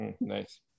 nice